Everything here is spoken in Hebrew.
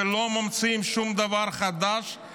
ולא ממציאים שום דבר חדש,